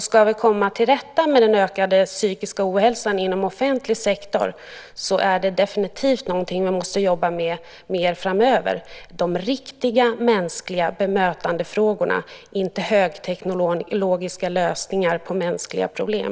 Ska vi komma till rätta med den ökade psykiska ohälsan inom offentlig sektor måste man definitivt jobba mer med de riktiga mänskliga bemötandefrågorna framöver och inte med högteknologiska lösningar på mänskliga problem.